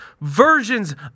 versions